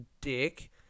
dick